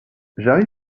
jarry